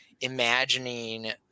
imagining